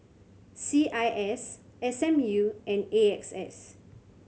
C I S S M U and A X S